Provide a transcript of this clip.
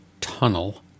tunnel